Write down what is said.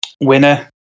winner